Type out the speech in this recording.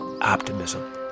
optimism